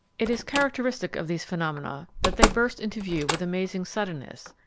it is characteristic of these phenomena that they burst into view with amazing suddenness,